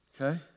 Okay